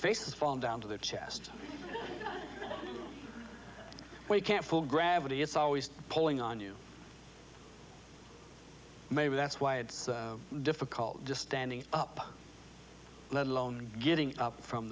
faces fall down to the chest where you can't pull gravity it's always pulling on you maybe that's why it's so difficult just standing up let alone getting up from